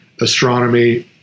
astronomy